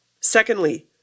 Secondly